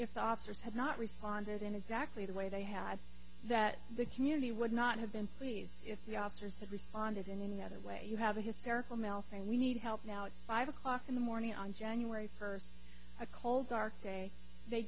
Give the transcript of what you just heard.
if the officers had not responded in exactly the way they had that the community would not have been pleased if the officers had responded and in another way you have a hysterical male saying we need help now it's five o'clock in the morning on january first a cold dark day they